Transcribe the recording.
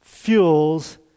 fuels